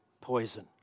poison